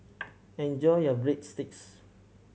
enjoy your Breadsticks